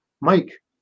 Mike